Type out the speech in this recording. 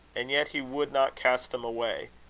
and yet he would not cast them away,